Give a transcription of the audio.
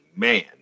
Man